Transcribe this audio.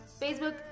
Facebook